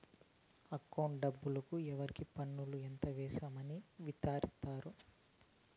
అకౌంట్లో డబ్బుకు ఎవరికి పన్నులు ఎంత వేసాము అని విచారిత్తారు